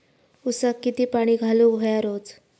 ऊसाक किती पाणी घालूक व्हया रोज?